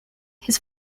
his